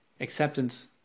acceptance